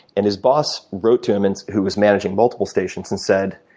and his boss wrote to him, and who was managing multiple stations, and said,